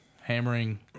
hammering